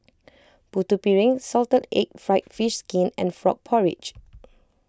Putu Piring Salted Egg Fried Fish Skin and Frog Porridge